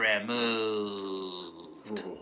removed